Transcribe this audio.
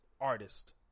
artist